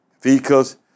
vehicles